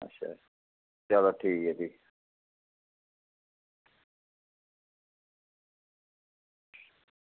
अच्छा चलो ठीक ऐ जी